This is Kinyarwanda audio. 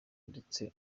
ndetse